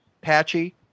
patchy